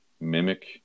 mimic